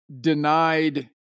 denied